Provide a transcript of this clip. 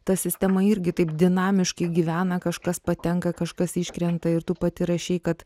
ta sistema irgi taip dinamiškai gyvena kažkas patenka kažkas iškrenta ir tu pati rašei kad